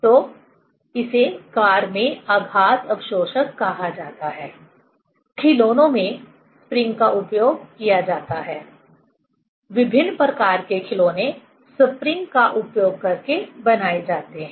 तो इसे कार में आघात अवशोषक कहा जाता है खिलौनों में स्प्रिंग का उपयोग किया जाता है विभिन्न प्रकार के खिलौने स्प्रिंग का उपयोग करके बनाए जाते हैं